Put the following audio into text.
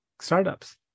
startups